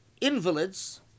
invalids